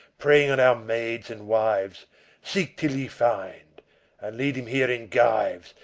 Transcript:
preying on our maids and wives seek till ye find and lead him here in gyves,